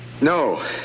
No